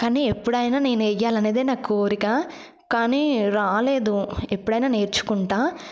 కానీ ఎప్పుడైనా నేను వెయ్యాలన్నదే నా కోరిక కానీ రాలేదు ఎప్పుడైనా నేర్చుకుంటా